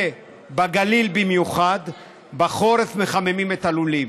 ובגליל במיוחד בחורף מחממים את הלולים.